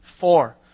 Four